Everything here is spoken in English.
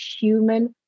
human